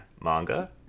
manga